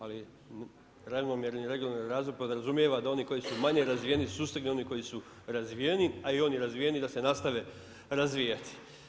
Ali ravnomjerni regionalni razvoj podrazumijeva da oni koji su manje razvijeni sustignu one koji su razvijeniji a i oni razvijeniji da se nastave razvijati.